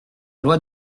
loi